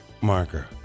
marker